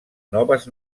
noves